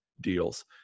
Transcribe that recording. deals